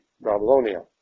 Babylonia